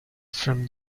from